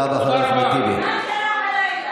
אני מסיים בשאלה לך,